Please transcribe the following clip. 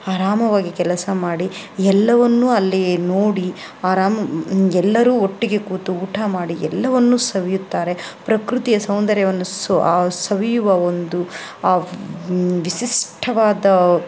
ಆರಾಮವಾಗಿ ಕೆಲಸ ಮಾಡಿ ಎಲ್ಲವನ್ನು ಅಲ್ಲಿಯೇ ನೋಡಿ ಆರಾಮ ಎಲ್ಲರು ಒಟ್ಟಿಗೆ ಕೂತು ಊಟ ಮಾಡಿ ಎಲ್ಲವನ್ನು ಸವಿಯುತ್ತಾರೆ ಪ್ರಕೃತಿಯ ಸೌಂದರ್ಯವನ್ನು ಸೊ ಆ ಸವಿಯುವ ಒಂದು ಆ ವಿಶಿಷ್ಠವಾದ